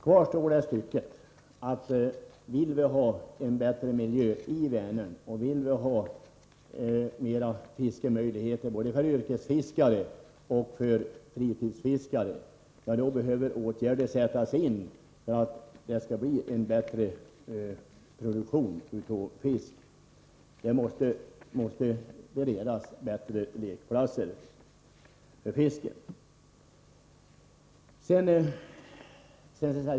Kvar står att vi vill ha en bättre miljö i Vänern, och vill vi ha mera fiskemöjligheter, både för yrkesfiskare och för fritidsfiskare, behöver åtgärder sättas in för att det skall bli en bättre produktion av fisk. Det måste beredas bättre lekplatser för fisken.